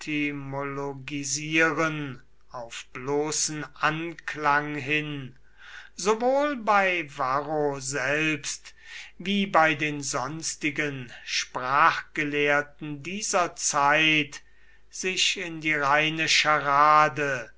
auf bloßen anklang hin sowohl bei varro selbst wie bei den sonstigen sprachgelehrten dieser zeit sich in die reine scharade